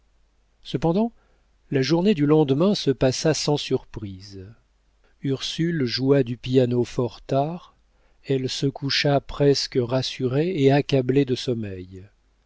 cependant la journée du lendemain se passa sans surprise ursule joua du piano fort tard elle se coucha presque rassurée et accablée de sommeil